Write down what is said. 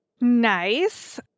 Nice